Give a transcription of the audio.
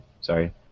Sorry